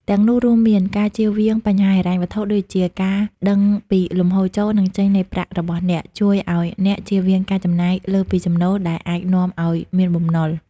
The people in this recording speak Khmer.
ទាំងនោះរួមមាន ការជៀសវាងបញ្ហាហិរញ្ញវត្ថុដូចជា ការដឹងពីលំហូរចូល និងចេញនៃប្រាក់របស់អ្នក ជួយឱ្យអ្នកជៀសវាងការចំណាយលើសពីចំណូល ដែលអាចនាំឱ្យមានបំណុល។